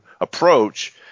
approach